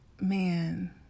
man